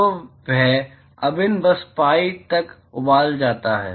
तो वह अभिन्न बस पीआई तक उबाल जाता है